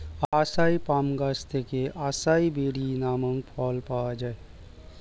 আসাই palm গাছ থেকে acai berry নামক ফল পাওয়া যায়